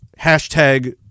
hashtag